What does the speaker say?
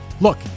Look